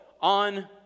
on